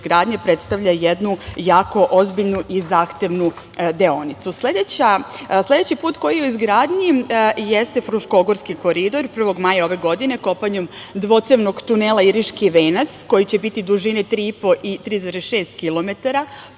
izgradnje predstavlja jednu jako ozbiljnu i zahtevnu deonica. Sledeći put koji je u izgradnji jeste Fruškogorski koridor, 1. maja ove godine kopanjem dvocevnog tunela Iriški venac koji će biti dužine 3,5 i 3,6 kilometara,